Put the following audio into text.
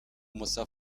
mussa